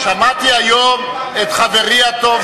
שמעתי היום את חברי הטוב,